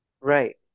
Right